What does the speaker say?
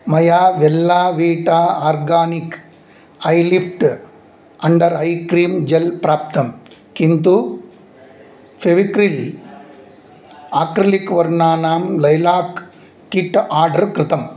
मया Wella Vita organic ऐलिप्ट् under eye cream gel प्राप्तं किन्तु फेविक्रिल् आक्रीलिक् वर्णानां लैलाक् किट् आर्डर् कृतम्